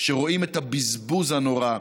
שרואים את הבזבוז הנורא,